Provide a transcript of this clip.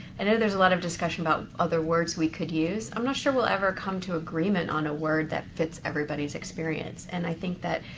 and know there's a lot of discussion about other words we could use. i'm not sure we'll ever come to agreement on a word that fits everybody's experience, and i think that,